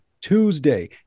tuesday